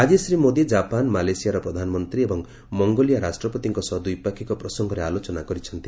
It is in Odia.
ଆକି ଶ୍ରୀ ମୋଦି ଜାପାନ ମାଲେସିଆର ପ୍ରଧାନମନ୍ତ୍ରୀ ଏବଂ ମଙ୍ଗୋଲିଆ ରାଷ୍ଟ୍ରପତିଙ୍କ ସହ ଦ୍ୱିପାକ୍ଷିକ ପ୍ରସଙ୍ଗରେ ଆଲୋଚନା କରିଛନ୍ତି